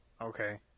Okay